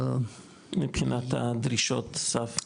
מבחינת דרישות הסף?